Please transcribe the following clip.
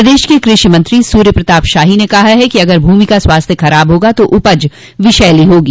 प्रदेश के कृषि मंत्री सूर्य प्रताप शाही ने कहा है कि अगर भूमि का स्वास्थ्य खराब होगा तो उपज विषैली होगी